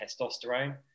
testosterone